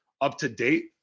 up-to-date